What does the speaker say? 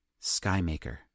Skymaker